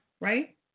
right